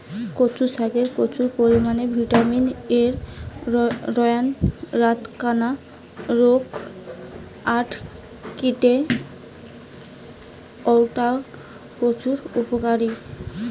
কচু শাকে প্রচুর পরিমাণে ভিটামিন এ রয়ায় রাতকানা রোগ আটকিতে অউটা প্রচুর উপকারী